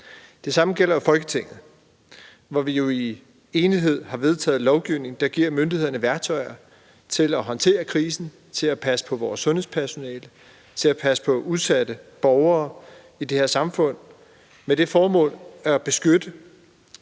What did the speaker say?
Det samme gælder Folketinget, hvor vi i enighed har vedtaget lovgivning, der giver myndigheder værktøjer til at håndtere krisen, til at passe på vores sundhedspersonale, til at passe på udsatte borgere i det her samfund med det formål at beskytte